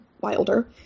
Wilder